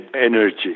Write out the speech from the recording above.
energy